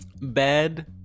bed